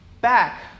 back